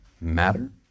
matter